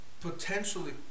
potentially